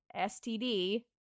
STD